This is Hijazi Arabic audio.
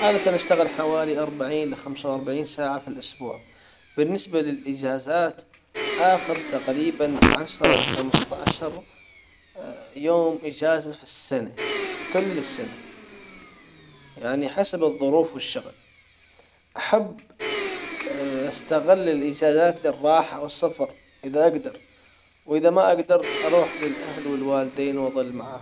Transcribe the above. عادة اشتغل حوالي اربعين لخمسة واربعين ساعة في الاسبوع بالنسبة للاجازات اخذ تقريبا عشرة لخمسة عشر يوم اجازة السنة كل السنة يعني حسب الظروف والشغل احب استغل الإجازات للراحة والسفر اذا اجدر واذا ما اجدر اروح للاهل والوالدين واظل معاهم.